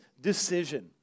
decision